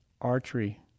archery